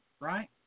Right